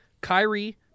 Kyrie